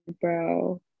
bro